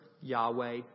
Yahweh